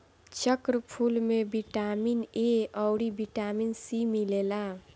चक्रफूल में vitamin A अउरी बिटामिन सी मिलेला